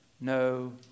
no